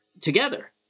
together